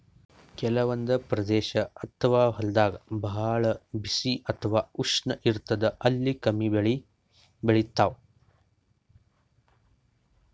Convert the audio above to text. ಕೆಲವಂದ್ ಪ್ರದೇಶ್ ಅಥವಾ ಹೊಲ್ದಾಗ ಭಾಳ್ ಬಿಸಿ ಅಥವಾ ಉಷ್ಣ ಇರ್ತದ್ ಅಲ್ಲಿ ಕಮ್ಮಿ ಬೆಳಿ ಬೆಳಿತಾವ್